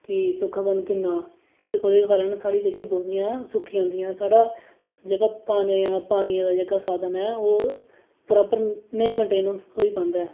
कि सुक्कापन किन्ना ऐ ते ओहदे कारण साढियें बौलियें दा पानी सुक्की जंदियां जेहका पानियै दा जेहका साधन ऐ प्रापर नेईं मेंटेन नेईं होई पांदा ऐ